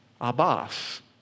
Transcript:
abbas